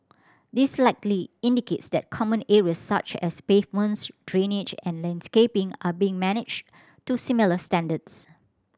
this likely indicates that common areas such as pavements drainage and landscaping are being managed to similar standards